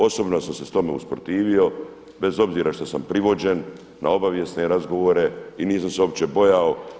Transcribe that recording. Osobno sam se tome usprotivio bez obzira što sam privođen na obavijesne razgovore i nisam se uopće bojao.